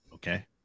okay